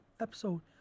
episode